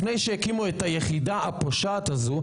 לפני שהקימו את היחידה הפושעת הזאת.